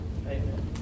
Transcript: Amen